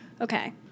Okay